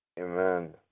Amen